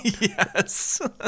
Yes